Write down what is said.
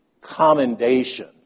commendation